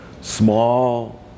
small